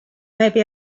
maybe